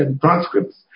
transcripts